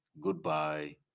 goodbye